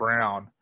Brown